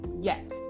Yes